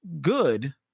good